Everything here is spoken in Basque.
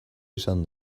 izan